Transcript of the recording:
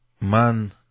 man